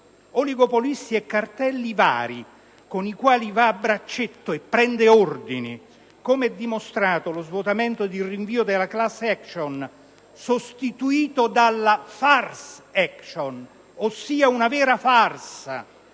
oligopolisti e cartelli vari, con i quali vanno a braccetto e dai quali prendono ordini, come è dimostrato con lo svuotamento ed il rinvio della *class action* (sostituta dalla «*farce action»*, ossia una vera farsa,